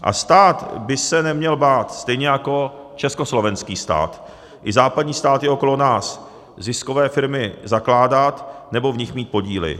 A stát by se neměl bát, stejně jako československý stát i západní státy okolo nás, ziskové firmy zakládat nebo v nich mít podíly.